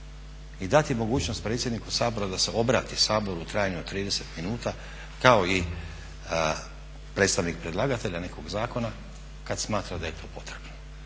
i dati mogućnost predsjedniku Sabora da se obrati Saboru u trajanju od 30 minuta kao i predstavnik predlagatelja nekog zakona kad smatra da je to potrebno.